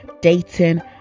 dating